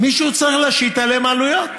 מישהו צריך להשית עליהם עלויות.